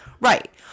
Right